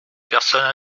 personne